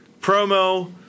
promo